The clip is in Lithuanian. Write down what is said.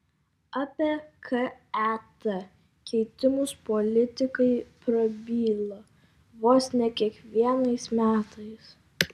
apie ket keitimus politikai prabyla vos ne kiekvienais metais